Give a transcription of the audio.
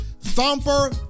Thumper